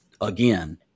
again